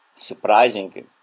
surprising